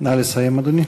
נא לסיים, אדוני.